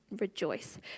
rejoice